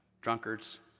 drunkards